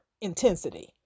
intensity